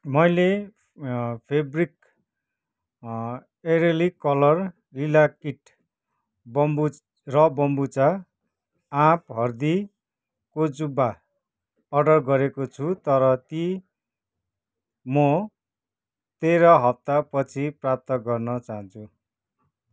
मैले फेब्रिक एरेलि कलर रिलाक्पिट बम्बुच् र बम्बुचा आँप हर्दी कोज्जुबा अर्डर गरेको छु तर ती म तेह्र हफ्तापछि प्राप्त गर्न चाहन्छु